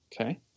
Okay